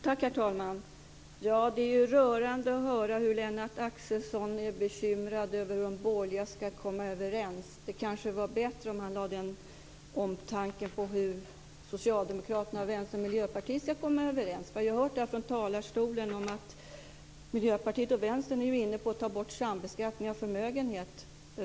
Herr talman! Det är rörande att höra hur Lennart Axelsson är bekymrad över hur de borgerliga ska komma överens. Det kanske vore bättre om han lade den omtanken på hur Socialdemokraterna, Vänsterpartiet och Miljöpartiet ska komma överens. Som vi har hört här från talarstolen är ju Miljöpartiet och Vänstern inne på att ta bort sambeskattning av förmögenhet.